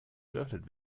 geöffnet